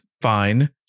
fine